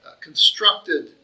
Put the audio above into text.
constructed